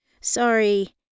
sorry